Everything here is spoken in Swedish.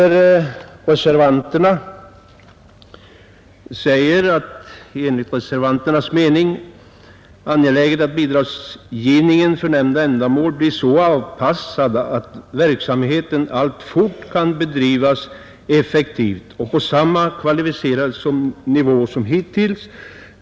Reservanterna säger att det enligt deras mening är ”angeläget att bidragsgivningen för nämnda ändamål blir så avpassad att verksamheten alltfort kan bedrivas effektivt och på samma kvalificerade nivå som hittills.